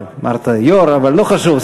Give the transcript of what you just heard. אמרת היו"ר, אבל לא חשוב.